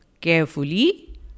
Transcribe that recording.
Carefully